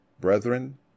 Brethren